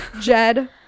Jed